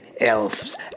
elves